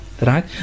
right